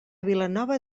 vilanova